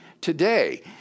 today